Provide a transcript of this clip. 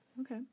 Okay